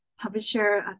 Publisher